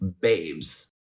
babes